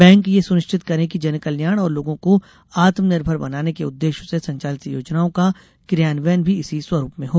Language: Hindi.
बैंक यह सुनिश्चित करें कि जनकल्याण और लोगों को आत्म निर्भर बनाने के उददेश्य से संचालित योजनाओं का कियान्वयन भी इसी स्वरूप में हो